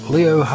Leo